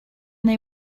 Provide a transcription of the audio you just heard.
they